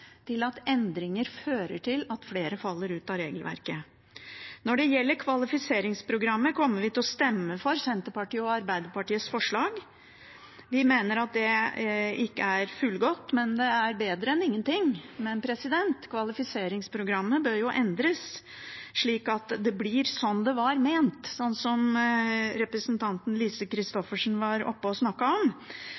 til at endringer fører til at flere faller ut av regelverket. Når det gjelder kvalifiseringsprogrammet, kommer vi til å stemme for forslaget fra Arbeiderpartiet og Senterpartiet. Vi mener at det ikke er fullgodt, men det er bedre enn ingenting. Men kvalifiseringsprogrammet bør endres slik at det blir som det var ment, sånn som representanten Lise